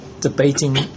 debating